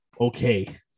Okay